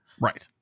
Right